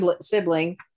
sibling